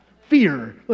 fear